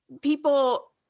people